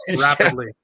rapidly